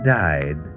died